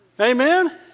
Amen